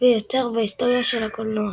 ביותר בהיסטוריה של הקולנוע.